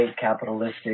capitalistic